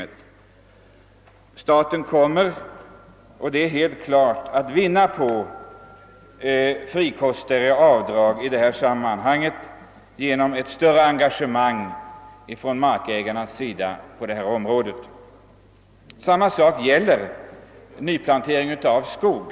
Det är helt klart att staten kommer att vinna på frikostigare avdrag genom det större engagemang detta för med sig från markägarnas sida. Samma sak gäller för nyplantering av skog.